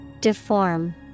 Deform